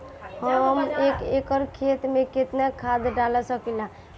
हम एक एकड़ खेत में केतना खाद डाल सकिला?